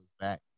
Back